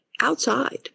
outside